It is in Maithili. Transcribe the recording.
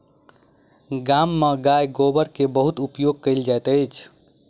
गाम में गाय गोबर के बहुत उपयोग कयल जाइत अछि